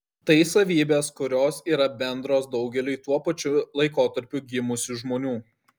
tai savybės kurios yra bendros daugeliui tuo pačiu laikotarpiu gimusių žmonių